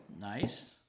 nice